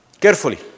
Carefully